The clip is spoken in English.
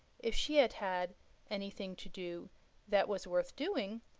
if she had had anything to do that was worth doing,